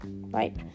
right